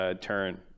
turn